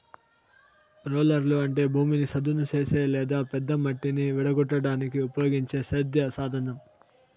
రోలర్లు అంటే భూమిని చదును చేసే లేదా పెద్ద మట్టిని విడగొట్టడానికి ఉపయోగించే సేద్య సాధనం